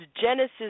genesis